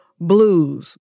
blues